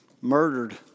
murdered